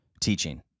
teaching